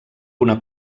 una